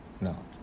No